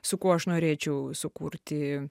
su kuo aš norėčiau sukurti